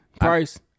price